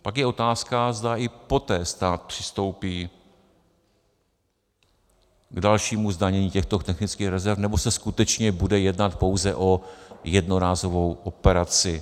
Pak je otázka, zda i poté stát přistoupí k dalšímu zdanění těchto technických rezerv, nebo se skutečně bude jednat pouze o jednorázovou operaci.